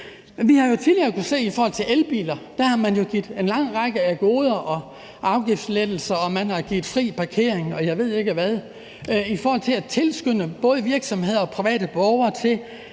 Vi har jo tidligere kunnet se i forhold til elbiler, at man har givet en ret lang række goder og afgiftslettelser, og man har givet fri parkering, og jeg ved ikke hvad, for at tilskynde både virksomheder og private borgere til